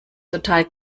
total